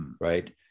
Right